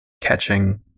catching